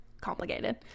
complicated